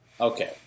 Okay